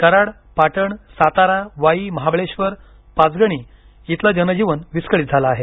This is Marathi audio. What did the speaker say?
कराड पाटण सातारा वाई महाबळेश्वरपाचगणी इथलं जनजीवन विस्कळीत झालं आहे